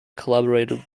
collaborated